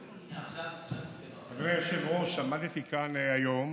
אדוני היושב-ראש, עמדתי כאן היום